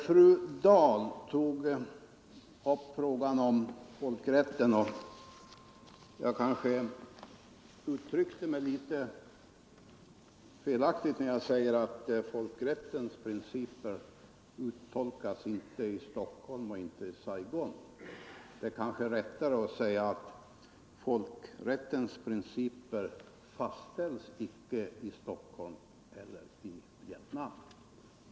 Fru Dahl tog upp frågan om folkrätten. Jag kanske uttryckte mig litet felaktigt när jag sade att folkrättens principer inte uttolkas i Stockholm och inte i Saigon. Det kanske är riktigare att säga att folkrättens principer inte fastställs i Stockholm eller Vietnam.